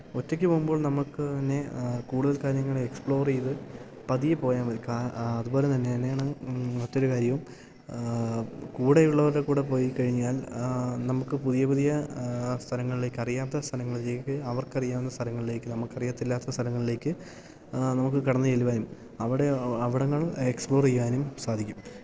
ഒറ്റയ്ക്ക് പോകുമ്പോൾ നമുക്ക് തന്നെ കൂടുതൽ കാര്യങ്ങൾ എക്സ്പ്ലോർ ചെയ്ത് പതിയെ പോയാൽ മതി അതുപോലെത്തന്നെ തന്നെയാണ് മറ്റൊരു കാര്യവും കൂടെയുള്ളവരുടെ കൂടെ പോയിക്കഴിഞ്ഞാൽ നമുക്ക് പുതിയ പുതിയ സ്ഥലങ്ങളിലേക്ക് അറിയാത്ത സ്ഥലങ്ങളിലേക്ക് അവർക്കറിയാവുന്ന സ്ഥലങ്ങളിലേക്ക് നമുക്കറിയത്തില്ലാത്ത സ്ഥലങ്ങളിലേക്ക് നമുക്ക് കടന്ന് ചെല്ലുവാനും അവിടെ അവിടങ്ങൾ എക്സ്പ്ലോർ ചെയ്യാനും സാധിക്കും